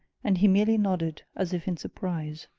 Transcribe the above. and he merely nodded, as if in surprise.